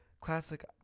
Classic